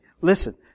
Listen